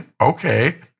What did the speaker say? Okay